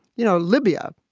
you know, libya.